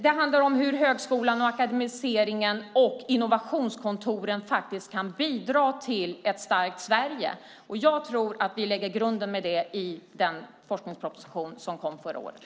Det handlar om hur högskolan, akademiseringen och innovationskontoren kan bidra till ett starkt Sverige. Jag tror att vi lade grunden till det i den forskningsproposition som kom förra året.